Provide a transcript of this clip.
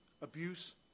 abuse